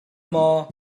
maw